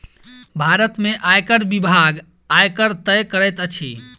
भारत में आयकर विभाग, आयकर तय करैत अछि